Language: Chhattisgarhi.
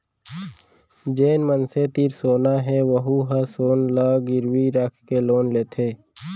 जेन मनखे तीर सोना हे वहूँ ह सोना ल गिरवी राखके लोन लेथे